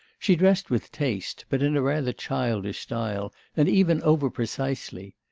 she dressed with taste, but in a rather childish style, and even over-precisely.